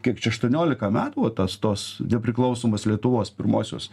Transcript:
kiek čia aštuoniolika metų va tas tos nepriklausomos lietuvos pirmosios